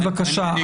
בבקשה,